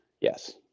yes